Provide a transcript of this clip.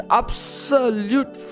absolute